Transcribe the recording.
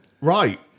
Right